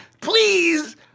Please